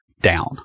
down